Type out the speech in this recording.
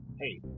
Hey